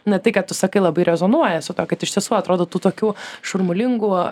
na tai ką tu sakai labai rezonuoja su tuo kad iš tiesų atrodo tų tokių šurmulingų